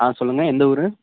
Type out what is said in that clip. ஆ சொல்லுங்கள் எந்த ஊர்